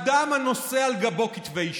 אדם הנושא על גבו כתבי אישום.